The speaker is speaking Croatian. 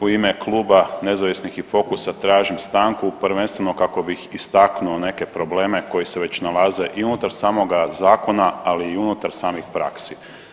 U ime Kluba nezavisnih i Fokusa tražim stanku prvenstveno kako bih istaknuo neke probleme koji se već nalaze i unutar samoga zakona, ali i unutar samih praksi.